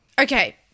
Okay